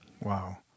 Wow